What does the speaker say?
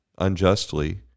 unjustly